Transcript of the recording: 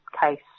case